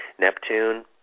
Neptune